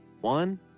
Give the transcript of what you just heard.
One